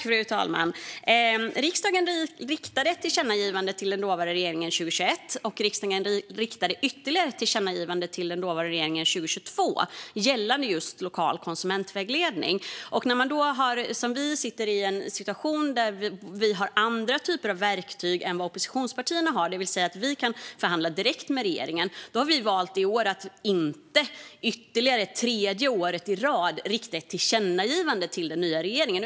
Fru talman! Riksdagen riktade ett tillkännagivande till den dåvarande regeringen 2021 och ytterligare ett tillkännagivande till den dåvarande regeringen 2022 gällande just lokal konsumentvägledning. Eftersom vi sitter i en situation där vi har andra typer av verktyg än vad oppositionspartierna har och kan förhandla direkt med regeringen har vi i år valt att inte för tredje året i rad rikta ett tillkännagivande till regeringen.